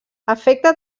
afecta